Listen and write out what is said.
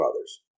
others